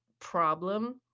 problem